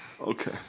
Okay